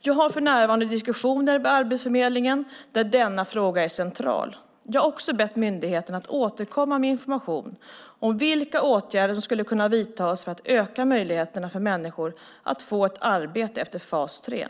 Jag har för närvarande diskussioner med Arbetsförmedlingen där denna fråga är central. Jag har också bett myndigheten att återkomma med information om vilka åtgärder som skulle kunna vidtas för att öka möjligheterna för människor att få ett arbete efter fas 3.